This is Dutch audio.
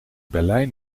berlijn